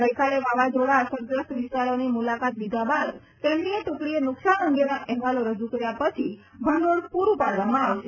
ગઈકાલે વાવાઝોડા અસરગ્રસ્ત વિસ્તારોની મુલાકાત લીધા બાદ કેન્દ્રીય ટૂકડીએ નુકશાન અંગેના અહેવાલ રજુ કર્યા પછી ભંડોળ પુરૂ પાડવામાં આવશે